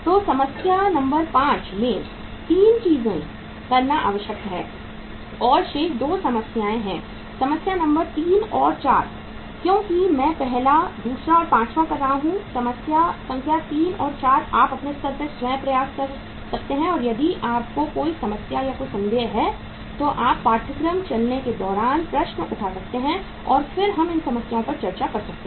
तो समस्या नंबर 5 में 3 चीजें करना आवश्यक है और शेष 2 समस्याएं हैं समस्या नंबर 3 और 4 क्योंकि मैं पहला दूसरा और पांचवां कर रहा हूं समस्या संख्या 3 और 4 आप अपने स्तर पर स्वयं प्रयास कर सकते हैं और यदि आपको कोई समस्या या कोई संदेह है तो आप पाठ्यक्रम चलने के दौरान प्रश्न उठा सकते हैं और फिर हम इन समस्याओं पर चर्चा कर सकते हैं